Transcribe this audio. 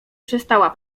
przestała